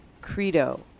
credo